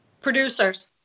Producers